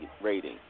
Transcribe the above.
rating